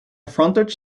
frontage